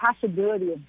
possibility